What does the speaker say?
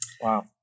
Wow